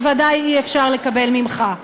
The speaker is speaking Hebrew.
בוודאי אי-אפשר לקבל ממך.